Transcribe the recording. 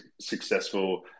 successful